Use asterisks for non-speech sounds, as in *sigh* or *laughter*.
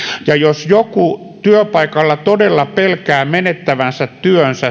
ja jos joku työpaikalla todella pelkää menettävänsä työnsä *unintelligible*